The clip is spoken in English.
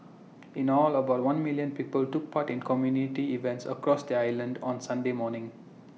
in all about one million people took part in community events across the island on Sunday morning